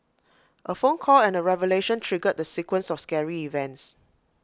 A phone call and A revelation triggered the sequence of scary events